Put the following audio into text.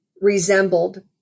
resembled